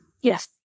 Yes